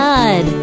God